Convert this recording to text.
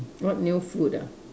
what new food ah